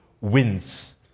wins